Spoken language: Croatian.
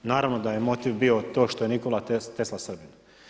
Naravno da je motiv bio to što je Nikola Tesla Srbin.